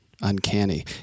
uncanny